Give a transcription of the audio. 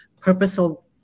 purposeful